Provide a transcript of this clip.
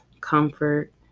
comfort